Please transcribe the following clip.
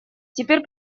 теперь